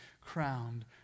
crowned